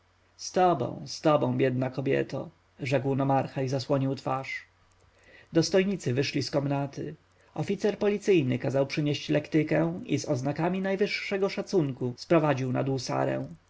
tobą z tobą biedna kobieto rzekł nomarcha i zasłonił twarz dostojnicy wyszli z komnaty oficer policyjny kazał przynieść lektykę i z oznakami najwyższego szacunku sprowadził nadół sarę